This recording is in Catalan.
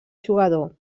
jugador